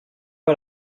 pas